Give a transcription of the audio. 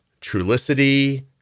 Trulicity